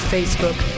Facebook